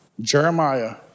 Jeremiah